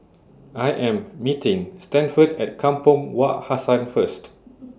I Am meeting Stanford At Kampong Wak Hassan First